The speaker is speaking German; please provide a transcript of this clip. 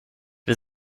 wir